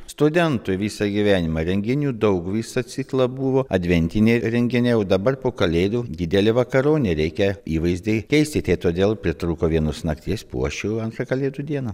studentui visą gyvenimą renginių daug visą ciklą buvo adventiniai renginiai o dabar po kalėdų didelė vakaronė reikia įvaizdį keisti tai todėl pritrūko vienos nakties puošiu antrą kalėdų dieną